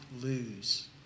lose